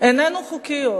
איננו חוקי עוד,